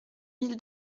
mille